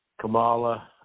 Kamala